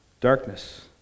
darkness